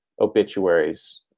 obituaries